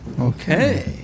Okay